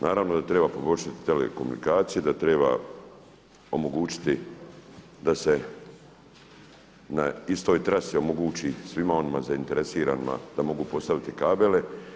Naravno da treba poboljšati telekomunikacije, da treba omogućiti da se na istoj trasi omogući svima onima zainteresiranima da mogu postaviti kabele.